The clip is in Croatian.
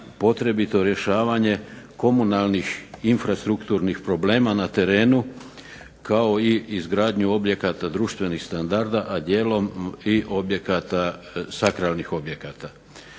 potrebito rješavanje komunalnih infrastrukturnih problema na terenu kao i izgradnju objekata društvenih standarda, a dijelom i sakralnih objekata.